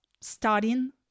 studying